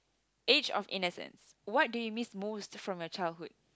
age of innocence what do you miss most from your childhood